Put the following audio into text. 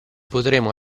potremo